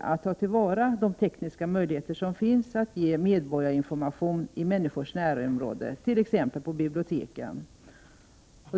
att ta till vara de tekniska möjligheter som finns att ge medborgarinformation i människors närområden, t.ex. på biblioteken.